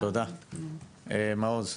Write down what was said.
תודה, מעוז,